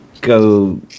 go